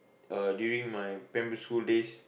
uh during my primary school days